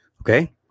Okay